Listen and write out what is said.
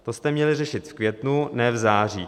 To jste měli řešit v květnu, ne v září.